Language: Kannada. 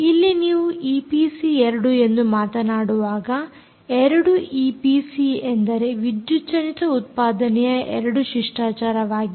ಇಲ್ಲಿ ನಾವು ಈಪಿಸಿ 2 ಎಂದು ಮಾತನಾಡುವಾಗ 2 ಈಪಿಸಿ ಎಂದರೆ ವಿದ್ಯುಜ್ಜನಿತ ಉತ್ಪಾದನೆಯ 2 ಶಿಷ್ಟಾಚಾರವಾಗಿದೆ